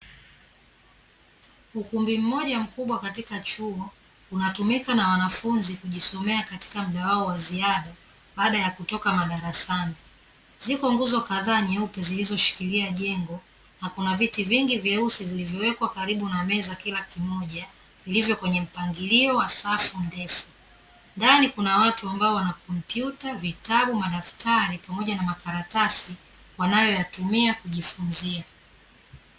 Ukumbi mmoja mkubwa katika chuo, unatumika na wanafunzi kujisomea katika muda wao wa ziada baada ya kutoka madarasani. Ziko nguzo kadhaa nyeupe zilizoshikilia jengo na kuna viti vingi vyeusi vilivyowekwa karibu na meza kila kimoja, vilivyo kwenye mpangilio wa safu ndefu. Ndani kuna watu ambao wana kompyuta, vitabu, madaftari pamoja na makaratasi wanayoyatumia kujifunzia.